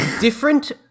Different